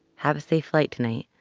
have a safe flight tonight,